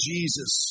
Jesus